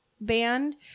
band